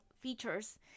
features